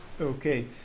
Okay